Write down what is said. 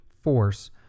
force